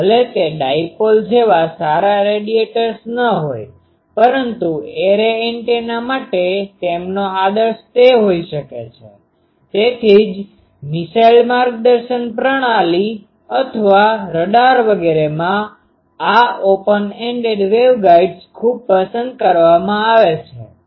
અને ભલે તે ડાયપોલ જેવા સારા રેડિએટર્સ ન હોય પરંતુ એરે એન્ટેના માટે તેમનો આદર્શ તે હોઈ શકે છે તેથી જ મિસાઇલ માર્ગદર્શન પ્રણાલી અથવા રડાર વગેરેમાં આ ઓપન એન્ડેડ વેવગાઇડ્સ ખૂબ પસંદ કરવામાં આવે છે